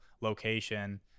location